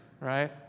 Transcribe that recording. right